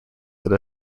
that